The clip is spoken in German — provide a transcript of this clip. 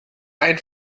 ein